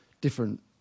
different